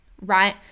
right